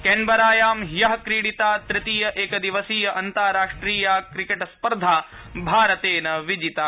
कैनबरायां अनुवर्तमाना तृतीय एकदिवसीय अन्ताराष्ट्रिया क्रिकेट् स्पर्धा भारतेन विजिता